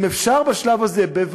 אם אפשר בשלב הזה לתת להם,